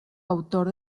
autor